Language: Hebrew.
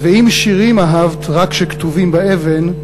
/ ואם שירים אהבת / רק שכתובים באבן,